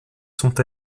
sont